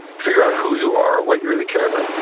figure out who you are, what you really care about,